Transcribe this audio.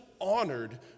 honored